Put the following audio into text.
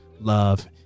love